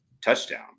touchdown